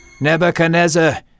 Nebuchadnezzar